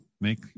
make